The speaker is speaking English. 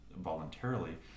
voluntarily